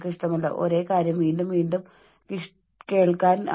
വലിയ കടുപ്പമേറിയ ലക്ഷ്യങ്ങൾ നേടിയെടുക്കാവുന്ന ചെറിയ ലക്ഷ്യങ്ങളയി തിരിക്കുക